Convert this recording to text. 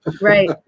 right